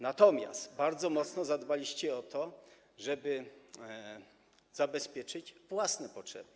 Natomiast bardzo mocno zadbaliście o to, żeby zabezpieczyć własne potrzeby.